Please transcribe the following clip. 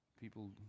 People